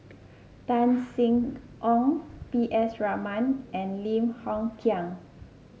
Tan Sin Aun P S Raman and Lim Hng Kiang